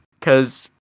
cause